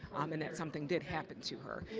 um and that something did happen to her.